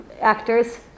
actors